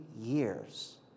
years